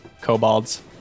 kobolds